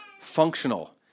functional